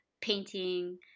painting